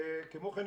כמו כן,